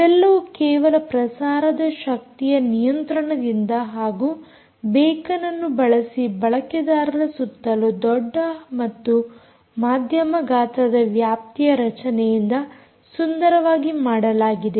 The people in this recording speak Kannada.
ಇವೆಲ್ಲವೂ ಕೇವಲ ಪ್ರಸಾರದ ಶಕ್ತಿಯ ನಿಯಂತ್ರಣದಿಂದ ಹಾಗೂ ಬೇಕನ್ಅನ್ನು ಬಳಸಿ ಬಳಕೆದಾರರ ಸುತ್ತಲೂ ದೊಡ್ಡ ಮತ್ತು ಮಾಧ್ಯಮ ಗಾತ್ರದ ವ್ಯಾಪ್ತಿಯ ರಚನೆಯಿಂದ ಸುಂದರವಾಗಿ ಮಾಡಲಾಗಿದೆ